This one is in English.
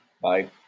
Bye